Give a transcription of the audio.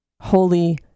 holy